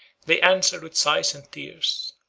they answered with sighs and tears,